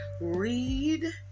read